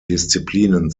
disziplinen